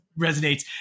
resonates